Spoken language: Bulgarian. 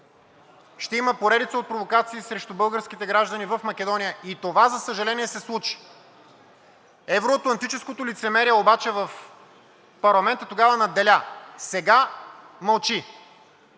ще има поредица от провокации срещу българските граждани в Македония и това, за съжаление, се случи. Евроатлантическото лицемерие обаче в парламента тогава надделя – сега мълчи.